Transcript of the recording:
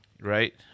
Right